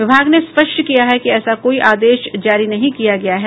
विभाग ने स्पष्ट किया है कि ऐसा कोई आदेश जारी नहीं किया गया है